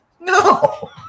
No